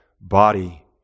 body